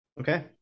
Okay